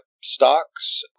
stocks